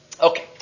Okay